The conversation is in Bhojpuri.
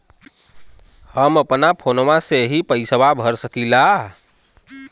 हम अपना फोनवा से ही पेसवा भर सकी ला?